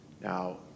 Now